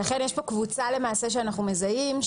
ולכן, יש כאן קבוצה שאנחנו מזהים.